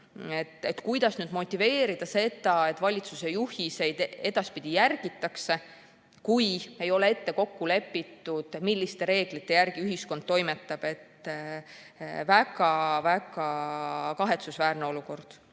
Kuidas motiveerida seda, et valitsuse juhiseid edaspidi järgitakse, kui ei ole ette kokku lepitud, milliste reeglite järgi ühiskond toimetab? Väga kahetsusväärne olukord!